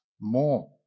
more